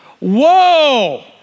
whoa